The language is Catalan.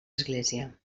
església